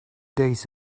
days